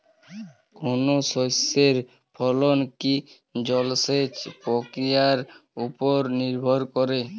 কোনো শস্যের ফলন কি জলসেচ প্রক্রিয়ার ওপর নির্ভর করে?